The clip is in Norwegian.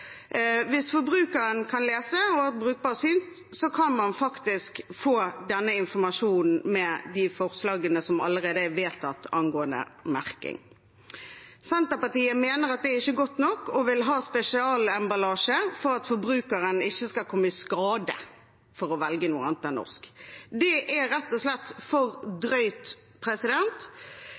Hvis forbrukeren kan lese og har brukbart syn, kan hun eller han faktisk få denne informasjonen med de forslagene som allerede er vedtatt angående merking. Senterpartiet mener at det ikke er godt nok, og vil ha spesialemballasje, slik at forbrukeren ikke skal komme i skade for å velge noe annet enn norsk. Det er rett og slett for drøyt.